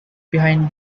behind